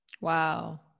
Wow